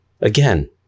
Again